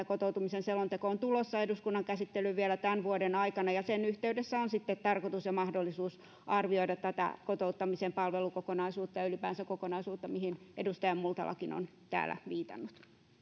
kotoutumisen selonteko on tulossa eduskunnan käsittelyyn vielä tämän vuoden aikana ja sen yhteydessä on sitten tarkoitus ja mahdollisuus arvioida tätä kotouttamisen palvelukokonaisuutta ja ylipäänsä kokonaisuutta mihin edustaja multalakin on täällä viitannut